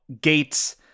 Gates